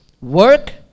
work